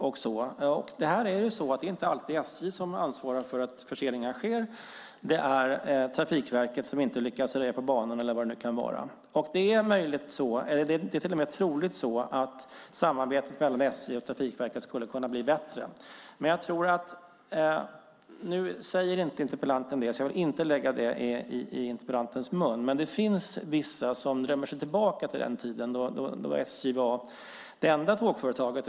Men det är inte alltid SJ som ansvarar för att förseningar sker. Det är Trafikverket som inte lyckas röja på banan eller vad det nu kan vara, och det är troligen så att samarbetet mellan SJ och Trafikverket skulle kunna bli bättre. Nu säger inte interpellanten detta, så jag vill inte lägga det i interpellantens mun, men det finns vissa som drömmer sig tillbaka till den tiden då SJ var det enda tågföretaget.